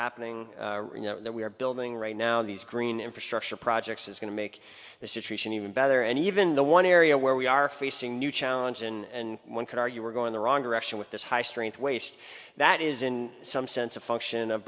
happening you know that we are building right now these green infrastructure projects is going to make the situation even better and even the one area where we are facing new challenges and one could argue we're going the wrong direction with this high strength waste that is in some sense a function of